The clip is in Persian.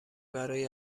برای